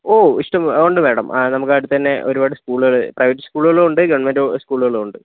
ഓ ഇഷ്ടം പോലെ ഉണ്ട് മാഡം നമുക്ക് അവിടെ തന്നെ ഒരുപാട് സ്കൂളുകള് പ്രൈവറ്റ് സ്കൂളുകളും ഉണ്ട് ഗവണ്മെന്റ് സ്കൂളുകളും ഉണ്ട്